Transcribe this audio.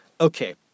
Okay